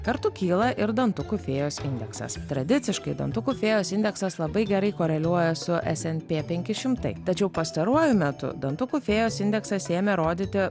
kartu kyla ir dantukų fėjos indeksas tradiciškai dantukų fėjos indeksas labai gerai koreliuoja su snp penki šimtai tačiau pastaruoju metu dantukų fėjos indeksas ėmė rodyti